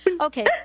Okay